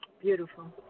Beautiful